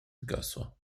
zgasła